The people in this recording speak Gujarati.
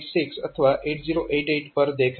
તે 8086 અથવા 8088 પર દેખરેખ રાખશે